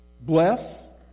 bless